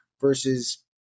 versus